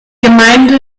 gemeinde